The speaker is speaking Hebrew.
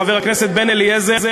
חבר הכנסת בן-אליעזר,